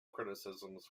criticisms